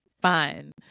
Fine